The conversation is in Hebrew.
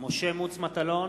משה מטלון,